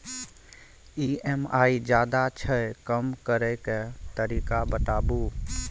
EMI ज्यादा छै कम करै के तरीका बताबू?